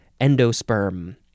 endosperm